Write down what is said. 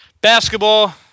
basketball